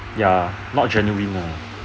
ya not genuine uh